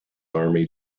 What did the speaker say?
army